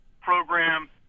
program